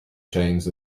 chains